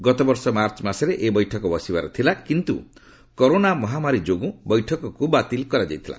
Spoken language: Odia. ଗତବର୍ଷ ମାର୍ଚ୍ଚ ମାସରେ ଏହି ବୈଠକ ବସିବାର ଥିଲା କିନ୍ତୁ କରୋନା ମହାମାରୀ ଯୋଗୁଁ ବୈଠକକୁ ବାତିଲ କରାଯାଇଥିଲା